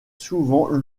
souvent